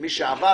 מי שעבר,